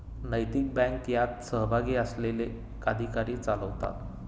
नैतिक बँक यात सहभागी असलेले अधिकारी चालवतात